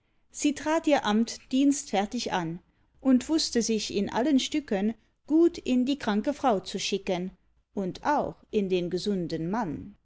sie trat ihr amt dienstfertig an und wußte sich in allen stücken gut in die kranke frau zu schicken und auch in den gesunden mann